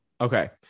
Okay